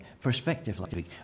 perspective